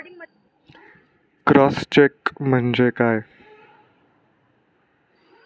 Cross check म्हणजे काय?